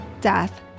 death